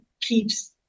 keeps